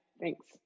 Thanks